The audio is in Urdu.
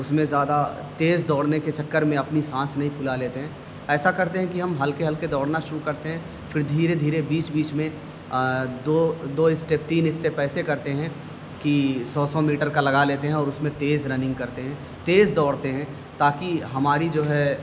اس میں زیادہ تیز دوڑنے کے چکر میں اپنی سانس نہیں پھلا لیتے ہیں ایسا کرتے ہیں کہ ہم ہلکے ہلکے دوڑنا شروع کرتے ہیں پھر دھیرے دھیرے بیچ بیچ میں دو دو اسٹیپ تین اسٹیپ ایسے کرتے ہیں کہ سو سو میٹر کا لگا لیتے ہیں اور اس میں تیز رننگ کرتے ہیں تیز دوڑتے ہیں تاکہ ہماری جو ہے